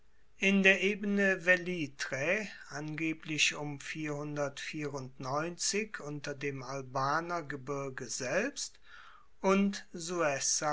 in der ebene velitrae angeblich um unter dem albaner gebirge selbst und